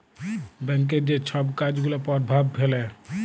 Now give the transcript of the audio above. ব্যাংকের যে ছব কাজ গুলা পরভাব ফেলে